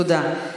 תודה.